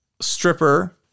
stripper